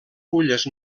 fulles